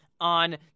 on